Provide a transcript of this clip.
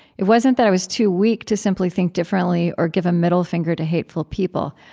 it wasn't that i was too weak to simply think differently or give a middle finger to hateful people.